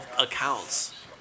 accounts